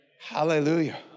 Hallelujah